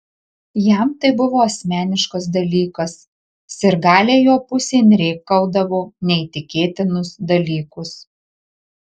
jam tai buvo asmeniškas dalykas sirgaliai jo pusėn rėkaudavo neįtikėtinus dalykus